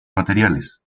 materiales